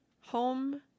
home